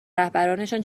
رهبرانشان